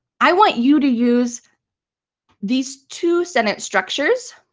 i want you to use these two sentence structures